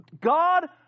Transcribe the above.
God